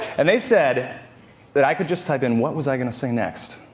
and they said that i could just type in what was i going to say next?